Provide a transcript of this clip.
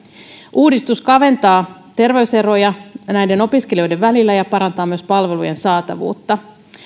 uudistus kaventaa terveyseroja näiden opiskelijoiden välillä ja parantaa myös palvelujen saatavuutta